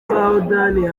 soudan